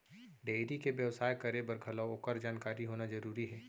dairy के बेवसाय करे बर घलौ ओकर जानकारी होना जरूरी हे